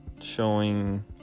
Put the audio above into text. showing